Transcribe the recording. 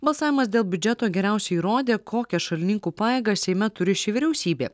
balsavimas dėl biudžeto geriausiai įrodė kokias šalininkų pajėgas seime turi ši vyriausybė